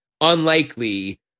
unlikely